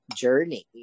journey